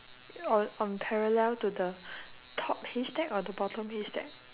on on parallel to the top haystack or the bottom haystack